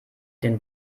den